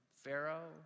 Pharaoh